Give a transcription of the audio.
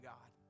God